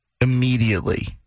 immediately